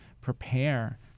prepare